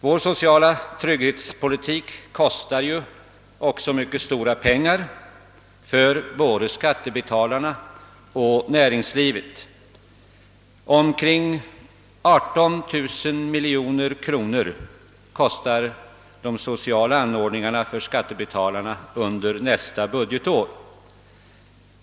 Vår sociala trygghetspolitik kostar också mycket stora pengar för både skattebetalarna och näringslivet. Omkring 18 miljarder kronor kostar de sociala anordningarna «skattebetalarna under nästa budgetår.